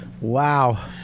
Wow